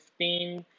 15